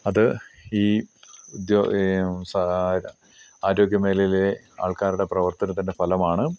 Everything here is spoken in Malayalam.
അത് ഈ ഉദ്യ സാ ആരോഗ്യ മേഘലയിലെ ആൾക്കാരുടെ പ്രവർത്തനത്തിൻ്റെ ഫലമാണ്